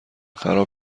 خراب